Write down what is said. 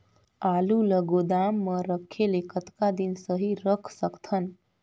आलू ल गोदाम म रखे ले कतका दिन सही रख सकथन?